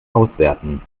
auswerten